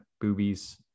boobies